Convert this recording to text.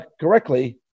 correctly